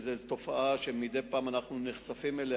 זו תופעה שמדי פעם אנחנו נחשפים אליה,